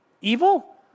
Evil